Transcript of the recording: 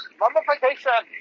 mummification